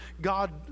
God